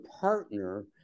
partner